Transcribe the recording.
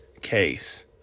case